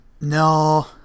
no